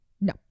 No